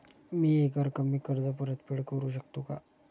मी एकरकमी कर्ज परतफेड करू शकते का?